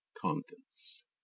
contents